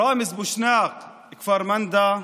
ראמז בושנאק מכפר מנדא,